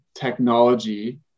technology